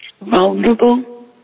vulnerable